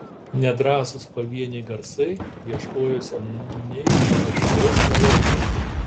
nedrąsūs pavieniai garsai ieškojo seniai pamirštos melodijos